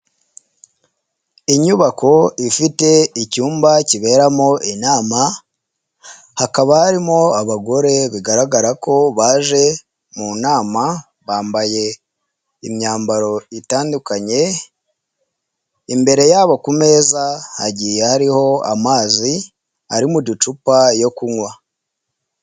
Inyubako ifite icyumba kiberamo inama hakaba harimo abagore bigaragara ko baje mu nama bambaye imyambaro itandukanye, imbere yabo ku meza hagiye hariho amazi ari mu ducupa yo kunywa.